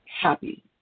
happy